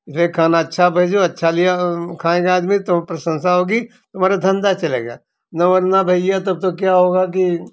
भैया खाना अच्छा भेजो अच्छा लियाओ खाएँगे आदमी तो प्रशंसा होगी तुम्हारा धंधा चलेगा ना वरना भैया तब तो क्या होगा कि